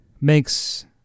makes